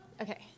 Okay